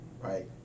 right